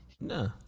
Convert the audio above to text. No